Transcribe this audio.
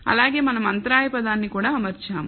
అలాగే మనం అంతరాయ పదాన్ని కూడా అమర్చాము